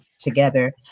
together